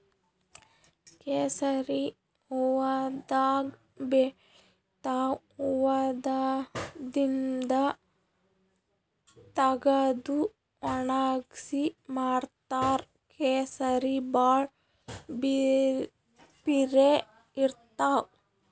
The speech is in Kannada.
ಕೇಸರಿ ಹೂವಾದಾಗ್ ಬೆಳಿತಾವ್ ಹೂವಾದಿಂದ್ ತಗದು ವಣಗ್ಸಿ ಮಾರ್ತಾರ್ ಕೇಸರಿ ಭಾಳ್ ಪಿರೆ ಇರ್ತವ್